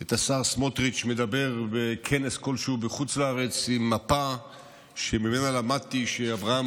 את השר סמוטריץ' מדבר בכנס כלשהו בחוץ לארץ עם מפה שממנה למדתי שאברהם